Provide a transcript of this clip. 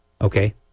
Okay